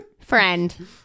Friend